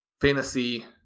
fantasy